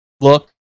look